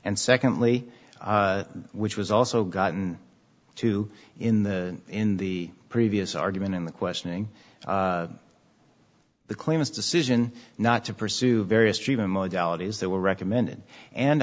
and secondly which was also gotten to in the in the previous argument in the questioning the claims decision not to pursue various treatment modalities that were recommended and